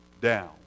down